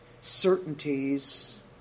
certainties